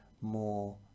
more